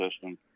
system